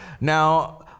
Now